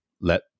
let